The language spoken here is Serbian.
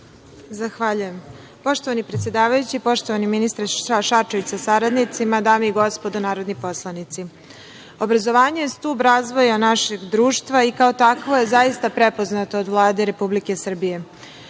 Zahvaljujem. Poštovani predsedavajući, poštovani ministre Šarčević sa saradnicima, dame i gospodo narodni poslanici, obrazovanje je stub razvoja našeg društva i kao takvo je zaista prepoznato od Vlade Republike